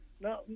No